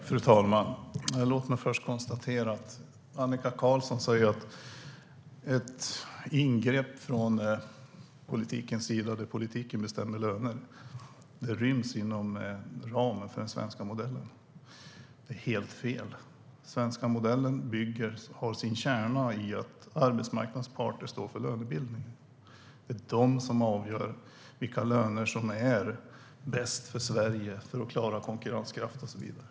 Fru talman! Låt mig först konstatera att det Annika Qarlsson säger, att ett ingrepp där politiken bestämmer löner ryms inom ramen för den svenska modellen, är helt fel. Den svenska modellen har sin kärna i att arbetsmarknadens parter står för lönebildningen. Det är de som avgör vilka löner som är bäst för Sverige för att klara konkurrenskraft och så vidare.